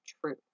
true